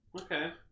Okay